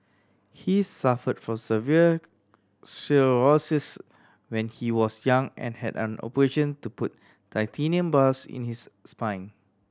he suffered from severe sclerosis when he was young and had an operation to put titanium bars in his spine